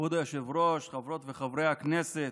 כבוד היושב-ראש, חברות וחברי הכנסת,